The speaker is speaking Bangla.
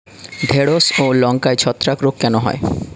ঢ্যেড়স ও লঙ্কায় ছত্রাক রোগ কেন হয়?